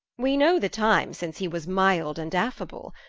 we know the time since he was milde and affable,